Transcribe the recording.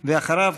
ואחריו,